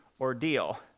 ordeal